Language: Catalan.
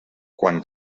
quan